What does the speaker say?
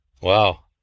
Wow